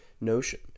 notion